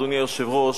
אדוני היושב-ראש,